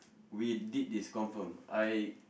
we did this confirm I